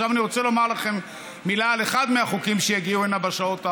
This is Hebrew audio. עכשיו אני רוצה לומר לכם מילה על אחד מהחוקים שיגיעו הנה בשעות,